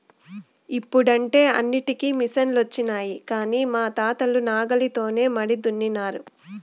ఇప్పుడంటే అన్నింటికీ మిసనులొచ్చినాయి కానీ మా తాతలు నాగలితోనే మడి దున్నినారు